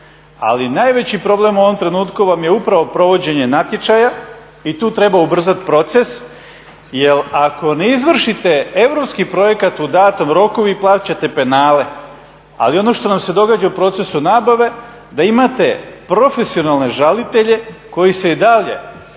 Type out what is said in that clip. ali najveći problem u ovom trenutku vam je upravo provođenje natječaja i tu treba ubrzati proces jel ako ne izvršite europski projekat u datom roku vi plaćate penale. Ali i ono što nam se događa u procesu nabave da imate profesionalne žalitelje koji se i dalje